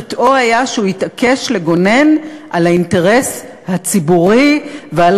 חטאו היה שהוא התעקש לגונן על האינטרס הציבורי ועל